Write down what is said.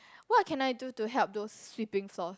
what can I do to help those sweeping floors